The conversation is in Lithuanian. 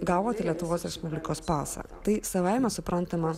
gavote lietuvos respublikos pasą tai savaime suprantama